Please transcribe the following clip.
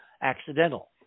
accidental